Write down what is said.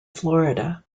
florida